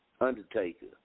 Undertaker